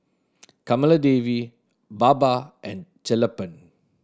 Kamaladevi Baba and Sellapan